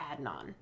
Adnan